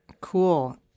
Cool